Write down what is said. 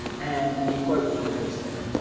and the quote was from page seven